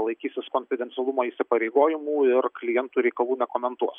laikysis konfidencialumo įsipareigojimų ir klientų reikalų nekomentuos